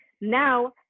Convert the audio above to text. now